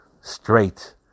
straight